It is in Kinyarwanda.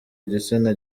igitsina